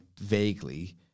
vaguely